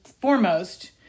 foremost